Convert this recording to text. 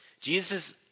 Jesus